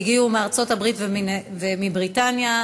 שהגיעו מארצות-הברית ומבריטניה,